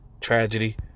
tragedy